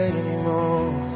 anymore